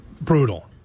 Brutal